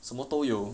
什么都有